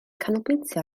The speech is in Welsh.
canolbwyntio